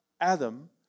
Adam